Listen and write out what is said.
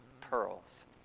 pearls